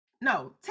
no